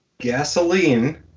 gasoline